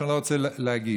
אני לא רוצה להגיד,